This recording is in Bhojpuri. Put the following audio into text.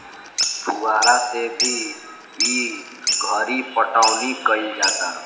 फुहारा से भी ई घरी पटौनी कईल जाता